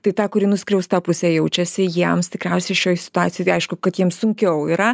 tai ta kuri nuskriausta pusė jaučiasi jiems tikriausiai šioj situacijoj tai aišku kad jiems sunkiau yra